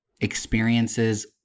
experiences